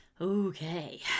Okay